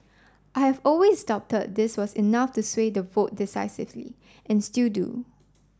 I have always doubted this was enough to sway the vote decisively and still do